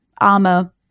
armor